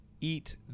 eat